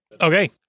Okay